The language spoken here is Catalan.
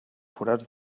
forats